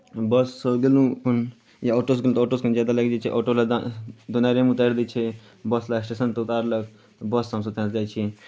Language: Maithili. बससँ गेलहुँ अपन या ऑटोसँ गेलहुँ तऽ ऑटोसँ कनि ज्यादा लागि जाइ छै ऑटोवला तऽ द् दोनारिमे उतारि दै छै बस तऽ स्टेशनपर उतारलक बससँ हमसभ तैँ जाइत छी